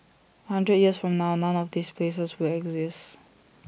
A hundred years from now none of these places will exist